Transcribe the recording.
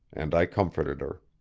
and i comforted her.